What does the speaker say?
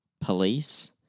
police